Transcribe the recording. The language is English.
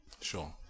Sure